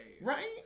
right